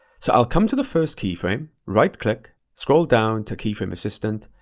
so i'll come to the first keyframe, right click, scroll down to keyframe assistant,